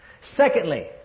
Secondly